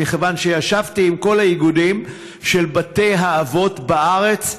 מכיוון שישבתי עם כל האיגודים של בתי האבות בארץ.